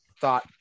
thought